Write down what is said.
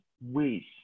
ways